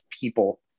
people